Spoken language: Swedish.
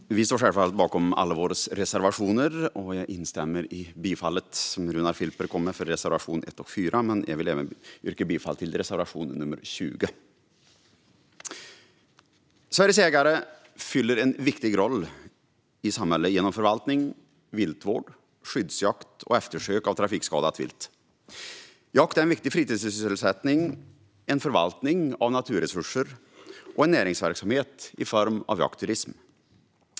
Herr talman! Vi står självfallet bakom alla våra reservationer. Runar Filper yrkade bifall till reservationerna 1 och 4. Jag instämmer, men jag vill även yrka bifall till reservation 20. Sveriges jägare fyller en viktig roll i samhället genom förvaltning, viltvård, skyddsjakt och eftersök av trafikskadat vilt. Jakt är en viktig fritidssysselsättning, en förvaltning av naturresurser och en näringsverksamhet i form av jaktturism.